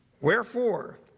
Wherefore